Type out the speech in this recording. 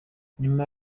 nyuma